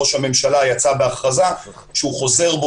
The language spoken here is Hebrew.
ראש הממשלה יצא בהכרזה שהוא חוזר בו